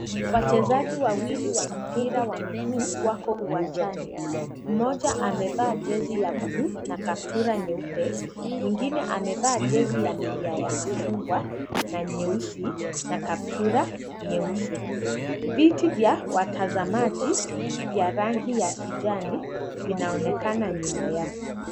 Wachezaji wawili wa mpira wa miguu wapo uwanjani. Mmoja amevaa jezi ya buluu na kaptura nyeupe. Mwingine amevaa jezi ya milia ya machungwa na nyeusi na kaptura nyeusi. Viti vya watazamaji vya rangi ya kijani, vinaonekana nyuma yao.